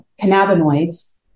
cannabinoids